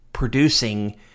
producing